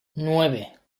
nueve